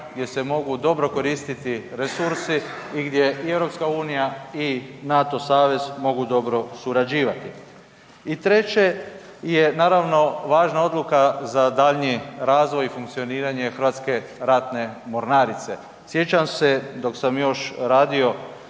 gdje se mogu dobro koristiti resursi i gdje i EU i NATO savez mogu dobro surađivati. I treće je naravno važna odluka za daljnji razvoj i funkcioniranje HRM-a. Sjećam se dok sam još radio